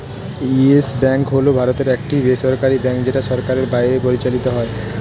yes Bank হল ভারতের একটি বেসরকারী ব্যাঙ্ক যেটা সরকারের বাইরে পরিচালিত হয়